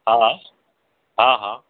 हा हा हा